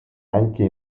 anche